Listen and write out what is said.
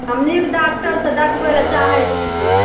हम नीक डाक्टरसँ देखबै लऽ चाहैत छियै